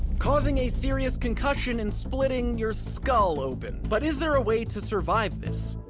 causing a serious concussion and splitting your skull open. but is there a way to survive this?